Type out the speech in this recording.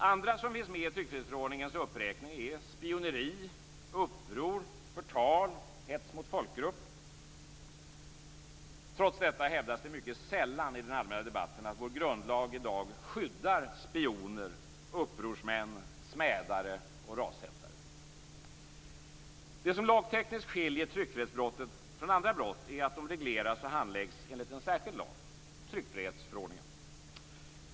Andra som finns med i tryckfrihetsförordningens uppräkning är spioneri, uppror, förtal och hets mot folkgrupp. Trots detta hävdas det mycket sällan i den allmänna debatten att vår grundlag i dag "skyddar" spioner, upprorsmän, smädare och rashetsare. Det som lagtekniskt skiljer tryckfrihetsbrotten från andra brott är att de regleras och handläggs enligt en särskild lag - tryckfrihetsförordningen.